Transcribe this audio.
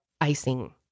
icing